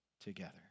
together